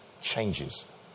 changes